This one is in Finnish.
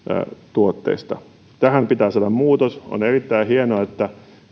tähän pitää saada muutos on erittäin hienoa että